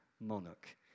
monarch